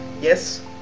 Yes